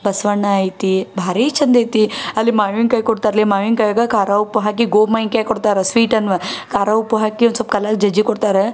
ಬಸವಣ್ಣ ಐತಿ ಭಾರಿ ಚಂದೈತಿ ಅಲ್ಲಿ ಮಾವಿನ್ಕಾಯಿ ಕೊಡ್ತಾರೆ ಲೇ ಮಾವಿನ ಕಾಯ್ಗೆ ಖಾರ ಉಪ್ಪು ಹಾಕಿ ಗೋಮಾವಿನ್ಕಾಯ್ ಕೊಡ್ತಾರೆ ಸ್ವೀಟ್ ಅನ್ವ ಖಾರ ಉಪ್ಪು ಹಾಕಿ ಒಂದುಸ್ವಲ್ಪ್ ಕಲ್ಲಲ್ಲಿ ಜಜ್ಜಿ ಕೊಡ್ತಾರಾ